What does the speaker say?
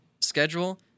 schedule